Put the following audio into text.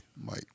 Mike